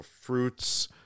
fruits